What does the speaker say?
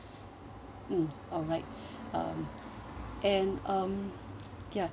mm alright um and um ya